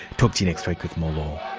talk to you next week with more law